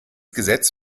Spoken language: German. gesetz